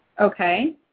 Okay